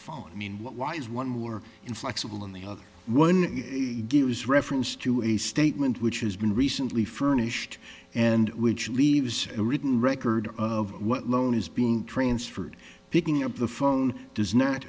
phone i mean what why is one more inflexible and the other one gives reference to a statement which has been recently furnished and which leaves a written record of what loan is being transferred picking up the phone does not